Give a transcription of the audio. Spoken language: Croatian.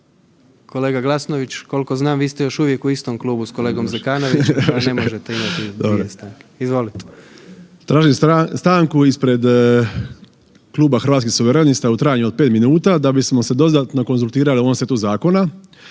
Kolega Glasnović, kolko znam, vi ste još uvijek u istom klubu s kolegom Zekanovićem, pa ne možete imati dvije stanke. Izvolite. **Zekanović, Hrvoje (HRAST)** Tražim stanku ispred Kluba hrvatskih suverenista u trajanju od 5 minuta da bismo se dodatno konzultirali o ovom setu zakonu.